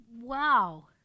wow